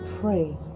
pray